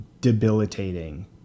debilitating